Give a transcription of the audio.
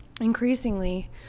increasingly